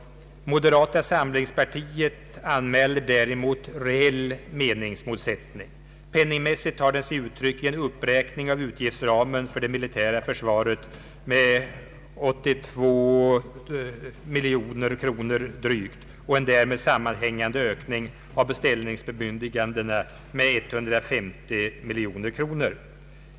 Moderata samlingspartiet anmäler däremot reell meningsmotsättning. Penningmässigt tar den sig uttryck i en uppräkning av utgiftsramen för det militära försvaret med drygt 82 miljoner kronor och en därmed sammanhängande ökning av beställningsbemyndigandena med 150 miljoner kronor.